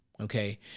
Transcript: Okay